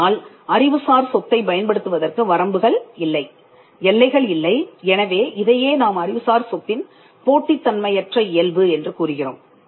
ஆனால் அறிவுசார் சொத்தை பயன்படுத்துவதற்கு வரம்புகள் இல்லை எல்லைகள் இல்லை எனவே இதையே நாம் அறிவுசார் சொத்தின் போட்டித் தன்மையற்ற இயல்பு என்று கூறுகிறோம்